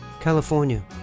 California